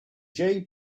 play